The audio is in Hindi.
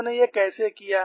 उन्होंने यह कैसे किया